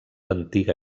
antiga